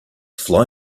fly